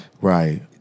right